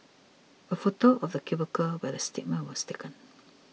a photo of the cubicle where the statement was taken